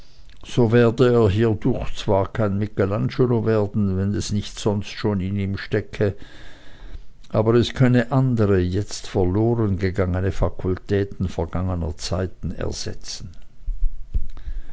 so werde er zwar hiedurch kein michelangelo werden wenn es nicht sonst in ihm stecke aber es könne andere jetzt verlorengegangene fakultäten vergangener zeiten ersetzen